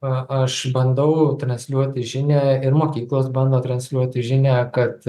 aš bandau transliuoti žinią ir mokyklos bando transliuoti žinią kad